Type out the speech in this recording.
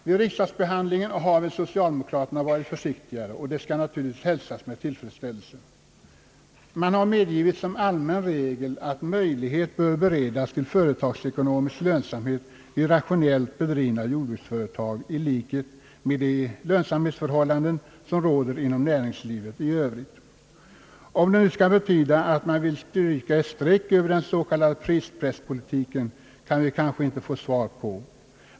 Vid riksdagsbehandlingen har väl socialdemokraterna varit försiktigare — och det skall naturligtvis hälsas med tillfredsställelse. Man har medgivit som allmän regel, att möjlighet bör beredas till företagsekonomisk lönsamhet vid rationellt bedrivna jordbruksföretag i likhet med de lönsamhetsförhållanden som råder inom näringslivet i Övrigt. Om det nu skall betyda, att man vill stryka ett streck över den s.k. prispresspolitiken, kan vi kanske inte få svar på.